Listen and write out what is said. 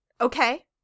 Okay